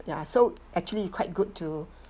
ya so actually it quite good to